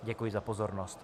Děkuji za pozornost.